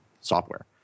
software